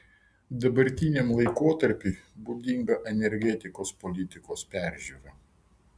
dabartiniam laikotarpiui būdinga energetikos politikos peržiūra